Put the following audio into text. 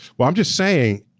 well i'm just saying,